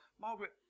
Margaret